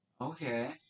Okay